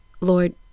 Lord